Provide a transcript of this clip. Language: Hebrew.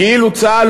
כאילו צה"ל,